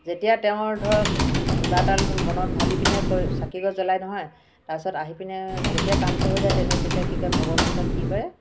যেতিয়া তেওঁৰ ধৰক কিবা এটা মনত ভাবি পিনে কৰি চাকিগছ জ্বলায় নহয় তাৰপিছত আহি পিনে যেতিয়া কামটো হৈ যায় তেতিয়া কি কৰে ভগৱানৰ ওচৰত কি কৰে